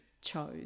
chose